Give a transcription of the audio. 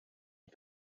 and